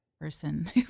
person